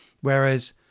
Whereas